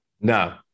No